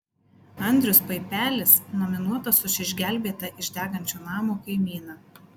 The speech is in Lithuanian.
andrius paipelis nominuotas už išgelbėtą iš degančio namo kaimyną